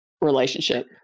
relationship